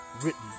Written